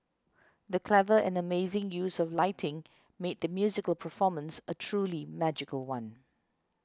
the clever and amazing use of lighting made the musical performance a truly magical one